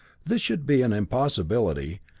this should be an impossibility,